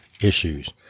issues